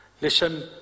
listen